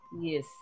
Yes